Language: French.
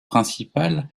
principales